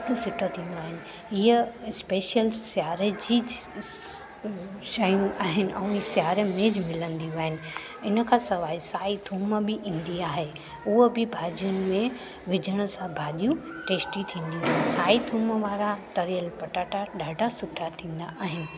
सु बिठो थींदो आहे इहा स्पेशल सियारे जीच श स स शयूं आहिनि ऐं इहे सियारे में मिलंदियूं आहिनि इनखां सवाइ साई थूम बि ईंदी आहे उहा बि भाॼियुनि में विझण सां भाॼियूं टेस्टी थींदियूं आहिनि साई थूम वारा तरियल पटाटा ॾाढा सुठा थींदा आहिनि